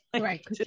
Right